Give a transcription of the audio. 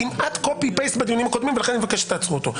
כמעט קופי פייסט בדיונים הקודמים ולכן אני מבקש שתעצרו אותו.